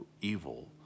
evil